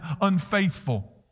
unfaithful